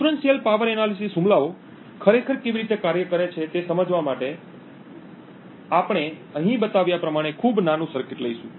Differential power analysis હુમલાઓ ખરેખર કેવી રીતે કાર્ય કરે છે તે સમજવા માટે આપણે અહીં બતાવ્યા પ્રમાણે ખૂબ નાનું સર્કિટ લઈશું